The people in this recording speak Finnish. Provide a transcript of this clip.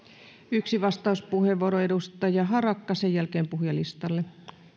yksi vastauspuheenvuoro edustaja harakka sen jälkeen puhujalistalle